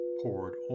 poured